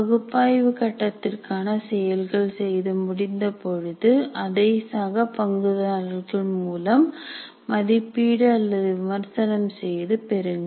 பகுப்பாய்வு கட்டத்திற்கான செயல்கள் செய்து முடிந்த பொழுது அதை சக பங்குதாரர்கள் மூலம் மதிப்பீடு அல்லது விமர்சனம் செய்து பெருங்கள்